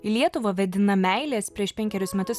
į lietuvą vedina meilės prieš penkerius metus